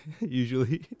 Usually